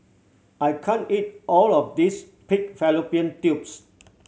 I can't eat all of this pig fallopian tubes